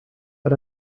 but